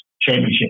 Championship